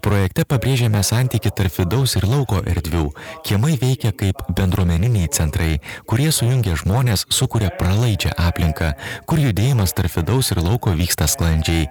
projekte pabrėžiame santykį tarp vidaus ir lauko erdvių kiemai veikia kaip bendruomeniniai centrai kurie sujungia žmones sukuria pralaidžią aplinką kur judėjimas tarp vidaus ir lauko vyksta sklandžiai